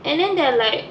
and then they're like